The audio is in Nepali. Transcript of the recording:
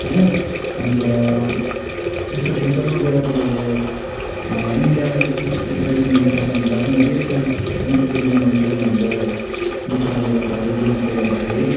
होइन अन्त यसमा फ्युचरमा गएर तपाईँले इन्डियालाई पनि रिप्रेजेन्ट गर्नु सक्नु हुन्छ आफ्नो देशलाई पनि रिप्रेजेन्ट गर्नु सक्नु हुन्छ यो कुराले गर्दाखेरि गेम्सले गर्दाखेरि